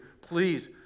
please